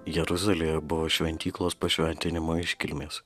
jeruzalėje buvo šventyklos pašventinimo iškilmės